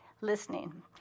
listening